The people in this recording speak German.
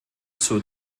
zur